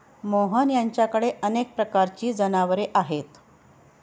मोहन यांच्याकडे अनेक प्रकारची जनावरे आहेत